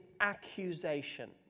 accusation